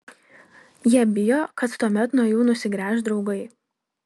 jie bijo kad tuomet nuo jų nusigręš draugai